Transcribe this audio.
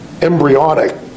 embryonic